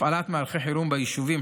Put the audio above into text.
הפעלת מערכי חירום ביישובים,